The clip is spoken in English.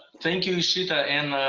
thank you ishita and